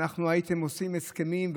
הייתם עושים הסכמים.